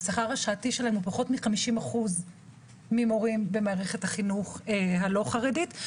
השכר השעתי שלהם הוא פחות מ-50% ממורים במערכת החינוך הלא חרדית,